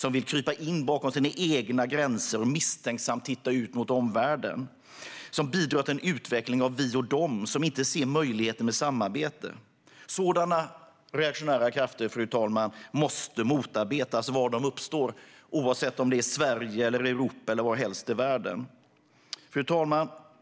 De vill krypa in bakom sina egna gränser och misstänksamt titta ut mot omvärlden. De vill begränsa vår handel med omvärlden. De bidrar till en utveckling av "vi" och "de" och ser inte möjligheterna med samarbete. Sådana reaktionära krafter måste motarbetas var de än uppstår, oavsett om det är i Sverige eller i Europa eller någon annanstans i världen. Fru talman!